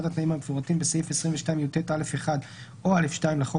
התנאים המפורטים בסעיף 22יט(א1) או (א2) לחוק,